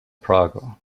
prago